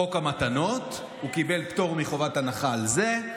חוק המתנות, הוא קיבל פטור מחובת הנחה על זה,